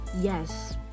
Yes